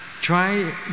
Try